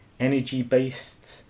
energy-based